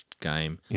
game